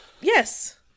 Yes